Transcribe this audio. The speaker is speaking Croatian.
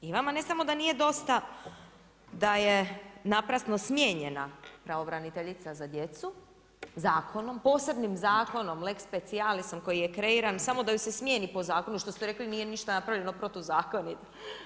I vama ne samo da nije dosta da je naprasno smijenjena pravobraniteljica za djecu, posebnim zakonom lex specialisom koji je kreiran samo da ju se smijeni po zakonu, što ste rekli nije ništa napravljeno protuzakonito.